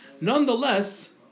nonetheless